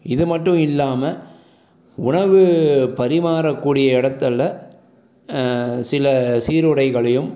இது மட்டும் இல்லாம உணவு பரிமாறக்கூடிய இடத்துல சில சீருடைகளையும்